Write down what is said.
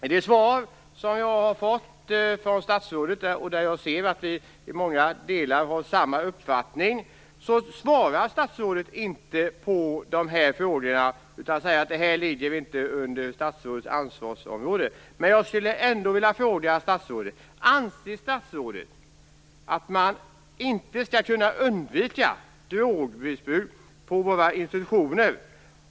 I det svar som jag fått av statsrådet - jag ser alltså att vi i många delar har samma uppfattning - svarar statsrådet inte på de här frågorna, utan hon säger att det inte ligger inom hennes ansvarsområde. Jag skulle ändå vilja fråga: Anser statsrådet att man inte skall kunna undvika drogmissbruk på våra institutioner?